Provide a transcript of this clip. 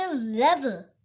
level